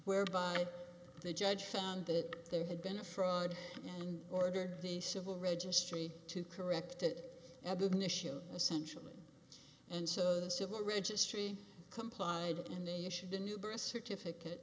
whereby the judge found that there had been a fraud and ordered the civil registry to correct it admission essentially and so the civil registry complied and they issued a new birth certificate